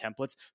templates